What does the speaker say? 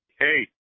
Hey